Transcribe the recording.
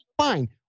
fine